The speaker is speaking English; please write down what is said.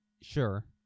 Sure